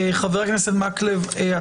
חבר הכנסת מקלב,